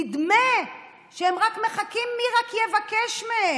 נדמה שהם רק מחכים למי שרק יבקש מהם,